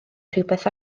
rhywbeth